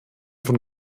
von